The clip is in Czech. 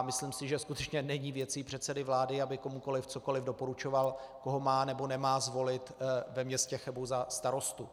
Myslím, že skutečně není věcí předsedy vlády, aby komukoliv cokoliv doporučoval, koho má, nebo nemá zvolit ve městě Chebu za starostu.